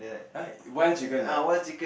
!huh! one chicken ah